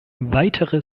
weitere